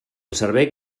servei